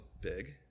big